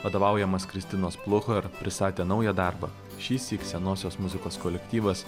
vadovaujamas kristinos pluhar pristatė naują darbą šįsyk senosios muzikos kolektyvas